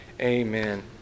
Amen